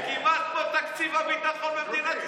זה כמעט כמו תקציב הביטחון במדינת ישראל.